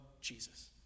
Jesus